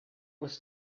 was